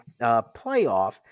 playoff